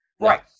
Right